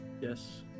Yes